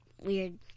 weird